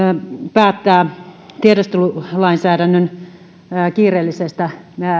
päättää tiedustelulainsäädännön kiireellisestä